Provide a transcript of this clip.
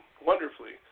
wonderfully